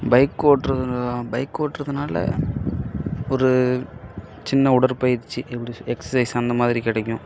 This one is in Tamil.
பைக் ஓட்டுறதுனா பைக் ஓட்டுறதுனால ஒரு சின்ன உடற்பயிற்சி எப்படி சொ எக்சைஸ் அந்த மாதிரி கிடைக்கும்